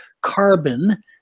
carbon